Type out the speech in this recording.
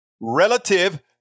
relative